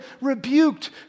rebuked